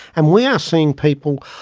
and we are seeing people,